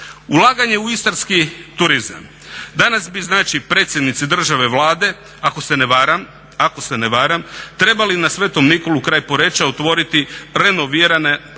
Ulaganje u Istarski turizam. Danas bi znači predsjednici države, Vlade, ako se ne varam trebali na Svetom Nikolu kraj Poreča otvoriti renovirane apartman